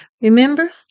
Remember